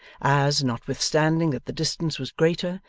as, notwithstanding that the distance was greater,